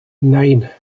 nine